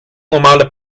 normale